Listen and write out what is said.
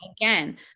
Again